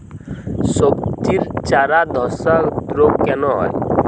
সবজির চারা ধ্বসা রোগ কেন হয়?